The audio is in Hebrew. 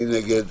מי נגד?